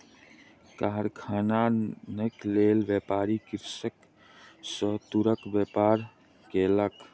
कारखानाक लेल, व्यापारी कृषक सॅ तूरक व्यापार केलक